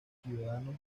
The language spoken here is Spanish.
ciudadanos